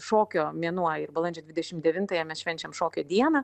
šokio mėnuo ir balandžio dvidešimt devintąją mes švenčiam šokio dieną